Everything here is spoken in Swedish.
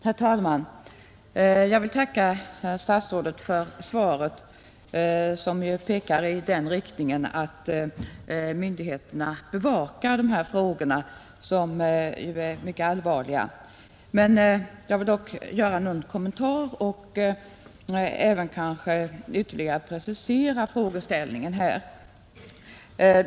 Herr talman! Jag vill tacka herr statsrådet för svaret, som pekar i den riktningen att myndigheterna bevakar dessa frågor som ju är mycket allvarliga. Men jag vill ändå göra en kommentar och kanske också ytterligare precisera frågeställningen.